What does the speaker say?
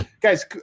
Guys